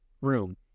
room